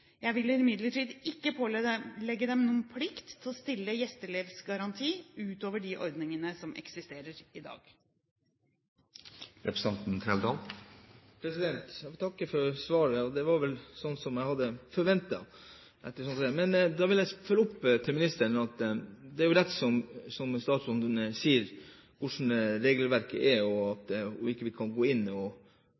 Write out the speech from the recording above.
Jeg vil imidlertid ikke pålegge dem noen plikt til å stille gjesteelevgaranti utover de ordningene som eksisterer i dag. Jeg vil takke for svaret. Det var vel slik som jeg hadde forventet. Da vil jeg følge opp overfor ministeren. Det er rett som statsråden sier om hvordan regelverket er. Og at